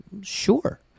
Sure